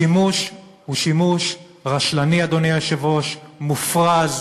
השימוש הוא שימוש רשלני, אדוני היושב-ראש, מופרז,